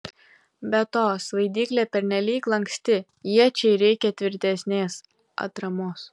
be to svaidyklė pernelyg lanksti iečiai reikia tvirtesnės atramos